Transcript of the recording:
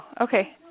Okay